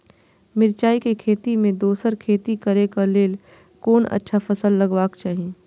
मिरचाई के खेती मे दोसर खेती करे क लेल कोन अच्छा फसल लगवाक चाहिँ?